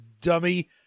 dummy